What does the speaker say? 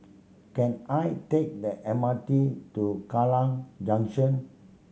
can I take the M R T to Kallang Junction